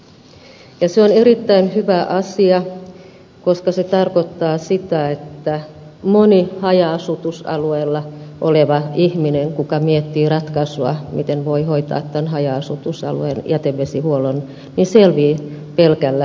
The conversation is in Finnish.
se on erittäin hyvä asia koska se tarkoittaa sitä että moni haja asutusalueella oleva ihminen joka miettii ratkaisua siihen miten voi hoitaa haja asutusalueella jätevesihuollon selviää pelkällä sakokaivolla